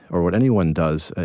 or what anyone does,